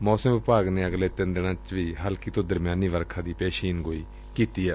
ਮੌਸਮ ਵਿਭਾਗ ਨੇ ਅਗਲੇ ਤਿੰਨ ਦਿਨਾ ਚ ਵੀ ਹਲਕੀ ਤੋ ਦਰਮਿਆਨੀ ਵਰਖਾ ਦੀ ਪਸ਼ੀਨਗੋਈ ਕੀਤੀ ਏ